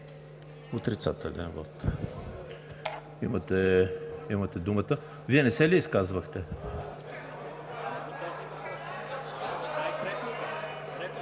отрицателен вот. Имате думата. Вие не се ли изказвахте?